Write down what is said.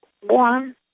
one